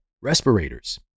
respirators